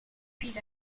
fiel